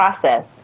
process